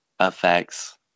effects